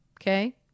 okay